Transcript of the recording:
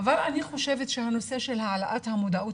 אבל אני חושבת שהנושא של העלאת המודעות